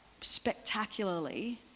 spectacularly